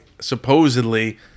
supposedly